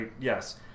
yes